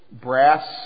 brass